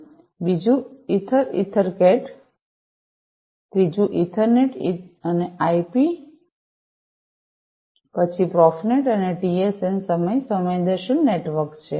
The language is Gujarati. બીજું એક ઈથરઇથરકેટ ત્રીજું ઇથરનેટ ઇથરનેટ આઇપી પછી પ્રોફેનેટ અને ટીએસએન સમય સંવેદનશીલ નેટવર્ક્સ છે